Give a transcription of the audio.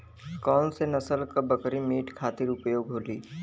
कौन से नसल क बकरी मीट खातिर उपयोग होली?